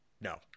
No